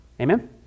Amen